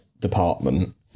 department